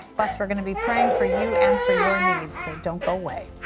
plus, we're going to be praying for you and for your needs, so don't go away.